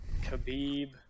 Khabib